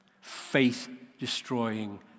faith-destroying